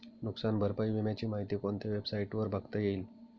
नुकसान भरपाई विम्याची माहिती कोणत्या वेबसाईटवर बघता येईल?